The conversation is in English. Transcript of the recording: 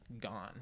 gone